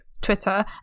Twitter